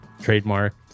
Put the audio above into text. trademark